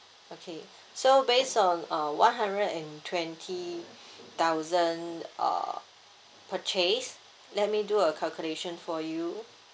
okay so based on uh one hundred and twenty thousand uh purchase let me do a calculation for you